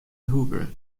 hoover